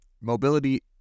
Mobility